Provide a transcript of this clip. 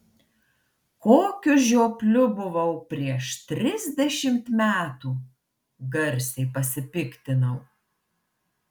kokiu žiopliu buvau prieš trisdešimt metų garsiai pasipiktinau